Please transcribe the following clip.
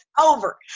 over